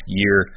year